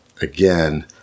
again